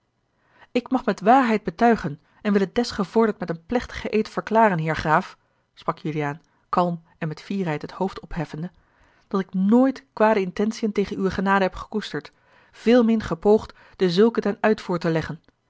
ik mag met waarheid betuigen en wil het desgevorderd met een plechtigen eed verklaren heer graaf sprak juliaan kalm en met fierheid het hoofd opheffende dat ik nooit kwade intentiën tegen uwe genade heb gekoesterd veelmin gepoogd dezulke ten uitvoer te leggen